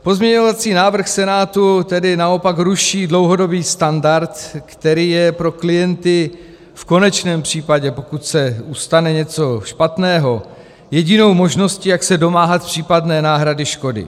Pozměňovací návrh Senátu tedy naopak ruší dlouhodobý standard, který je pro klienty v konečném případě, pokud se stane něco špatného, jedinou možností, jak se domáhat případné náhrady škody.